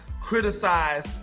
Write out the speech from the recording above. criticize